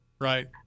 right